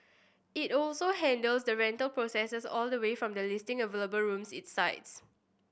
it also handles the rental process all the way from listing available rooms its sites